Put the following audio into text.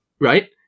Right